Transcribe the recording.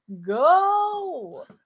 Go